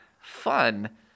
fun